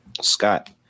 Scott